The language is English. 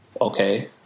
Okay